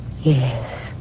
Yes